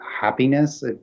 happiness